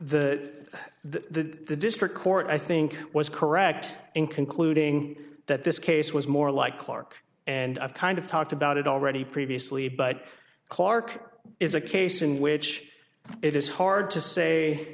the the district court i think was correct in concluding that this case was more like clarke and i've kind of talked about it already previously but clarke is a case in which it is hard to say